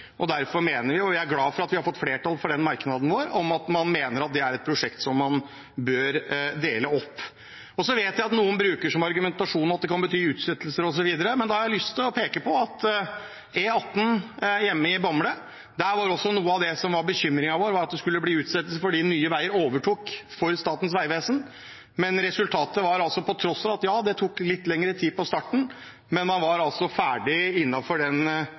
Derfor er jeg glad for at vi har fått komiteens flertall med på merknaden om at det er et prosjekt som man bør dele opp. Så vet jeg at noen bruker som argumentasjon at det kan bety utsettelser osv. Men da har jeg lyst til å peke på at da det gjaldt E18 hjemme i Bamble, var også noe av bekymringen vår at det skulle bli utsettelse, fordi Nye Veier overtok for Statens vegvesen. Men resultatet var – på tross av at det tok litt lengre tid i starten – at man var ferdig